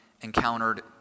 encountered